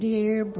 Dear